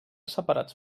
separats